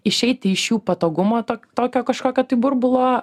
išeiti iš jų patogumo to tokio kažkokio tai burbulo